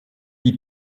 die